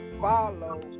Follow